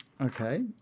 Okay